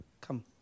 Come